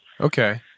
Okay